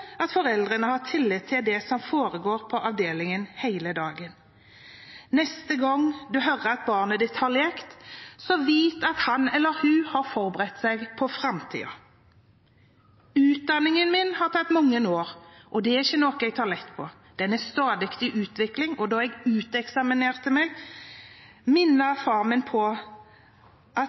håper foreldrene har tillit til det som foregår på avdelingen hele dagen. Neste gang du hører at barnet ditt har lekt, så vit at han eller hun har forberedt seg på fremtiden. Utdanningen min har tatt mange år, og den er ikke noe jeg tar lett på. Den er stadig i utvikling. Da jeg ble uteksaminert minnet jeg meg selv på